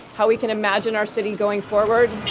how we can imagine our city going forward.